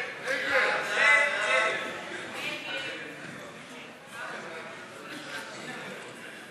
של קבוצת סיעת מרצ לסעיף 20 לא נתקבלה.